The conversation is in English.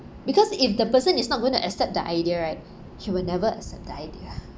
because if the person is not going to accept the idea right she will never accept the idea